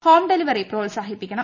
home delivery പ്രോത്സാഹിപ്പിക്കണം